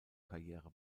karriere